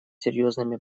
серьезными